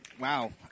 wow